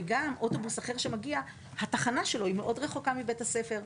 והתחנה של אוטובוס אחר שמגיע היא מאוד רחוקה מבית הספר.